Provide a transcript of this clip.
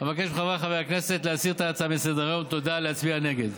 אבקש מחבריי חברי הכנסת להסיר את ההצעה מסדר-היום ולהצביע נגד.